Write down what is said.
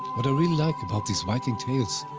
what i really like about these viking tales,